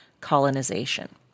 colonization